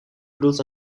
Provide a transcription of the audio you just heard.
bedoelt